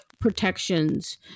protections